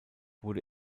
wurde